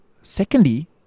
Secondly